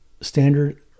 standard